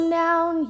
down